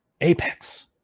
Apex